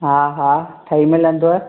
हा हा ठही मिलंदव